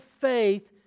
faith